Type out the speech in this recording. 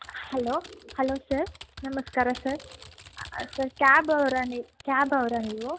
hello hello sir ನಮಸ್ಕಾರ sir sir ಕ್ಯಾಬವರಾ ನೀವು ಕ್ಯಾಬವರಾ ನೀವು